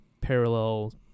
parallel